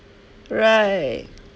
right